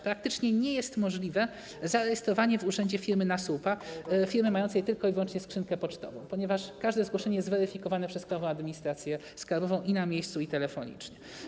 Praktycznie nie jest możliwe zarejestrowanie w urzędzie firmy na słupa, firmy mającej tylko i wyłącznie skrzynkę pocztową, ponieważ każde zgłoszenie jest weryfikowane przez administrację skarbową na miejscu i telefonicznie.